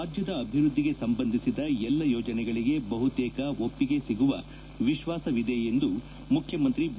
ರಾಜ್ಯದ ಅಭಿವೃದ್ದಿಗೆ ಸಂಬಂಧಿಸಿದ ಎಲ್ಲಾ ಯೋಜನೆಗಳಿಗೆ ಬಹುತೇಕ ಒಪ್ಪಿಗೆ ಸಿಗುವ ವಿಶ್ವಾಸವಿದೆ ಎಂದು ಮುಖ್ಯಮಂತ್ರಿ ಬಿ